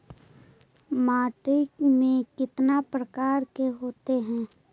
माटी में कितना प्रकार के होते हैं?